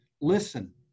Listen